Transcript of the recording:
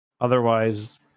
Otherwise